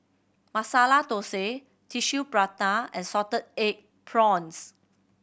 Masala Thosai Tissue Prata and salted egg prawns